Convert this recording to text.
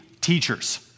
teachers